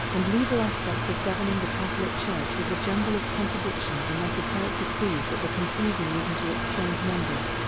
and legal aspects of governing the catholic church was a jumble of contradictions and esoteric decrees that were confusing even to its trained members.